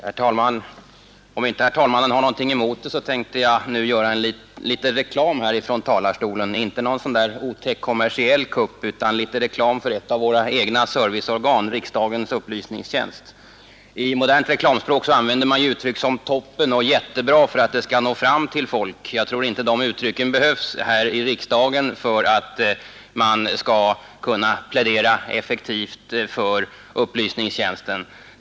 Herr talman! Om inte herr talmannen har något emot det tänkte jag nu göra litet reklam här från talarstolen, men inte en sådan där otäck kommersiell kupp utan reklam för ett av våra serviceorgan, riksdagens upplysningstjänst. I modernt reklamspråk använder man uttryck som ”toppen” och ”jättebra” för att kunna nå fram till folk. Jag tror inte att sådana uttryck behövs här i riksdagen för att man skall kunna effektivt plädera för upplysningstjänsten.